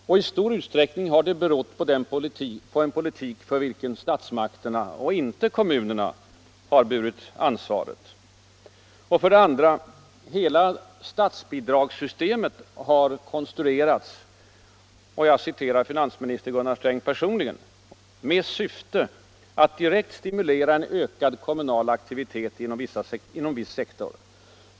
Och i stor utsträckning har det berott på den politik för vilken statsmakterna och inte kommunerna burit ansvaret. 2. Hela statsbidragssystemet har konstruerats — och jag citerar finansminister Sträng personligen - ”med syfte att direkt stimulera en ökad kommunal aktivitet inom en viss sektor.